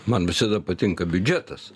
man visada patinka biudžetas